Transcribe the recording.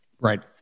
Right